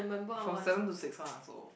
from seven to six lah so